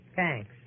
Thanks